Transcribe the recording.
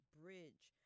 bridge